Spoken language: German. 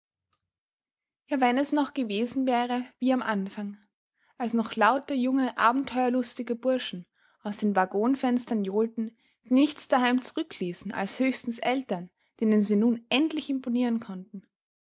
ja wenn es noch gewesen wäre wie am anfang als noch lauter junge abenteuerlustige burschen aus den waggonfenstern johlten die nichts daheim zurückließen als höchstens eltern denen sie nun endlich imponieren konnten